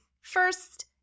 First